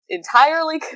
entirely